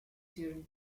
during